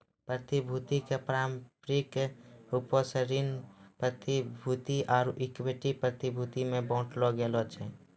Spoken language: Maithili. प्रतिभूति के पारंपरिक रूपो से ऋण प्रतिभूति आरु इक्विटी प्रतिभूति मे बांटलो गेलो छै